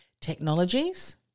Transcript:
technologies